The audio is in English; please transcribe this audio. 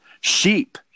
sheep